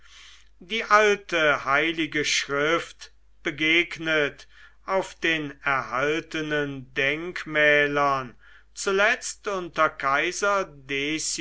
die alte heilige schrift begegnet auf den erhaltenen denkmälern zuletzt unter kaiser